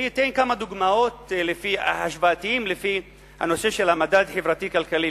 אני אתן כמה דוגמאות השוואתיות בנושא של המדד החברתי-כלכלי.